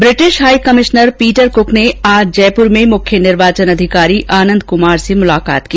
British High Commissioner Peter Cook ने आज जयपुर में मुख्य निर्वाचन अधिकारी आनंद कुमार से मुलाकात की